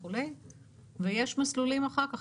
ויש מסלולים אחר כך,